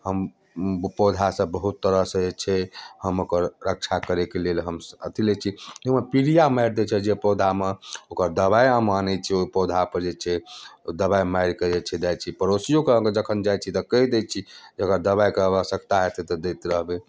हम पौधा सब बहुत तरहसँ जे छै हम ओकर रक्षा करैके लेल हम अथी लै छियै ओइमे पीरिया मारि दै छै जै पौधामे ओकर दबाइ हम आनै छियै ओइ पौधापर जे छै ओ दबाइ मारिकऽ जे छै जाइ छियै पड़ोसियोके जखन जाइ छियै तऽ कहि दै छियै जे अगर दबाइके आवश्यकता हेतै तऽ दैत रहबै